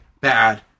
bad